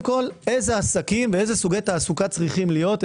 כל איזה עסקים ואילו סוגי תעסוקה צריכים להיות,